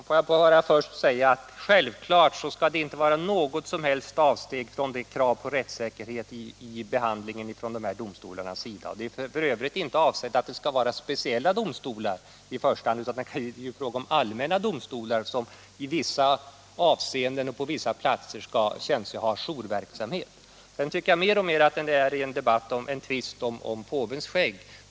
Herr talman! Självfallet skall det inte göras något som helst avsteg från kravet på rättssäkerhet i handläggningen vid jourdomstolarna. Det är f.ö. inte avsett att det skall bli speciella domstolar, utan det är fråga om allmänna domstolar som i vissa avseenden och på vissa platser ceventuellt skall ha jourverksamhet. Jag tycker att det här mer och mer blir en tvist om påvens skägg.